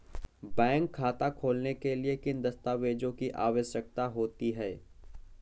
Bank खाता खोलने के लिए किन दस्तावेजों की आवश्यकता होती है?